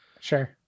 sure